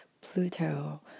Pluto